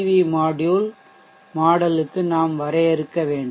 we module model க்கு நாம் வரையறுக்க வேண்டும்